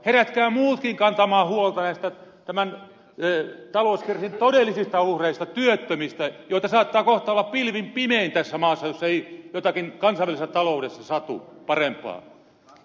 herätkää muutkin kantamaan huolta näistä tämän talouskriisin todellisista uhreista työttömistä joita saattaa kohta olla pilvin pimein tässä maassa jos ei kansallisessa taloudessa satu jotakin parempaa